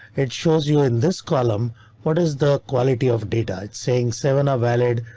it shows you in this column what is the quality of data. it's saying seven are valid.